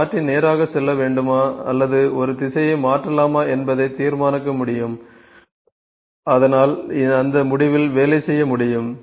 ஒரு மாற்றி நேராக செல்ல வேண்டுமா அல்லது ஒரு திசையை மாற்றலாமா என்பதை தீர்மானிக்க முடியும் நாம் தேர்வு செய்கிறோம் அதனால் அந்த முடிவில் வேலை செய்ய முடியும்